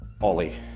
Ollie